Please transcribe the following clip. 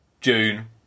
June